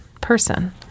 person